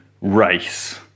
race